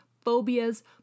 phobias